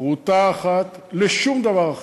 פרוטה אחת, לשום דבר אחר,